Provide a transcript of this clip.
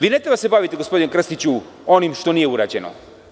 Vi ne treba da se bavite gospodine Krstiću onim što nije urađeno.